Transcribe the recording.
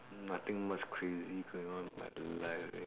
nothing much crazy going on with my life leh